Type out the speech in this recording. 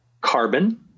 carbon